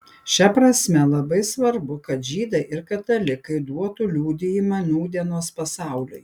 šia prasme labai svarbu kad žydai ir katalikai duotų liudijimą nūdienos pasauliui